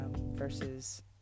versus